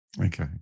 Okay